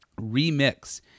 remix